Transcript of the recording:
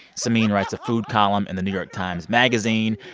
samin writes a food column in the new york times magazine.